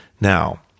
Now